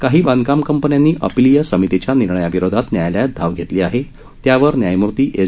काही बांधकाम कंपन्यांनी अपिलीय समितीच्या निर्णयाविरोधात न्यायालयात धाव घेतली आहे त्यावर न्यायमूर्ती एस